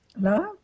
love